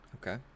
Okay